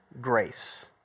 grace